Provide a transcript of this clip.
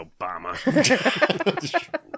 Obama